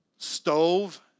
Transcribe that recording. stove